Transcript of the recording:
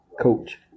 coach